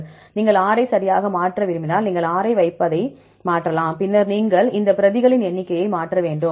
நீங்கள் R ஐ சரியாக மாற்ற விரும்பினால் நீங்கள் R ஐ வைப்பதை மாற்றலாம் பின்னர் நீங்கள் பிரதிகளின் எண்ணிக்கையை மாற்ற வேண்டும்